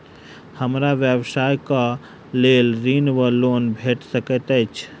हमरा व्यवसाय कऽ लेल ऋण वा लोन भेट सकैत अछि?